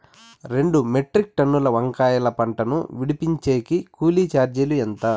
రెండు మెట్రిక్ టన్నుల వంకాయల పంట ను విడిపించేకి కూలీ చార్జీలు ఎంత?